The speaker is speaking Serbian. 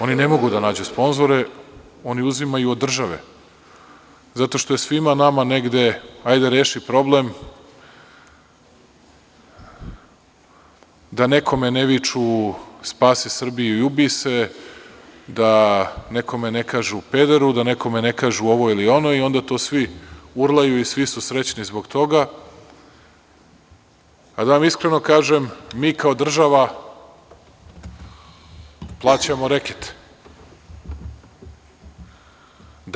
Oni ne mogu da nađu sponzore, oni uzimaju od države zato što je svima nama negde – ajde, reši problem da nekome ne viču: „spasi Srbiju i ubi se“, da nekome ne kažu: „pederu“, da nekome ne kažu ovo ili ono i onda tu svi urlaju i svi su srećni zbog toga, a da vam iskreno kažem, mi kao država plaćamo reket.